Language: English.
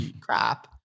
crap